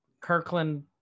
Kirkland